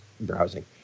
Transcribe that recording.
browsing